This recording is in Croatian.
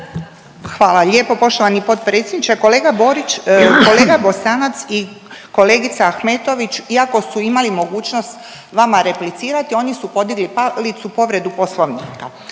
Hvala lijepo poštovani potpredsjedniče, kolega Borić, kolega Bosanac i kolegica Ahmetović iako su imali mogućnost vama replicirati, oni su podigli palicu povredu Poslovnika